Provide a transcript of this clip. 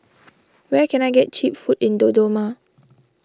where can I get Cheap Food in Dodoma